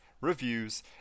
reviews